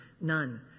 none